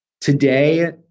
Today